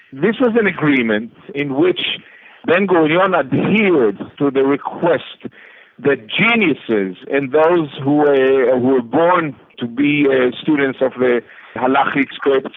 this was an agreement in which ben-gurion and adhered to the request that geniuses and those who were and were born to be students of the halukik schools? but